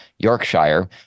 Yorkshire